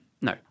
No